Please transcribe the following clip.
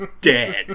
dead